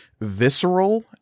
visceral